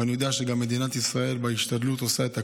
ואני יודע שגם מדינת ישראל בהשתדלות עושה את הכול.